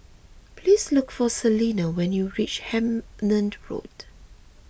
please look for Salina when you reach Hemmant Road